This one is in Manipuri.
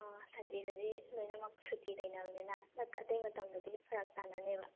ꯁꯟꯗꯦꯗꯗꯤ ꯂꯣꯏꯅꯃꯛ ꯁꯨꯇꯤ ꯂꯩꯅꯕꯅꯤꯅ ꯅꯠꯇ꯭ꯔ ꯑꯇꯩ ꯃꯇꯝꯗꯗꯤ ꯐꯥꯔꯛ ꯇꯥꯅꯅꯤꯕ